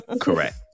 correct